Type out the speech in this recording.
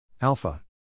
Alpha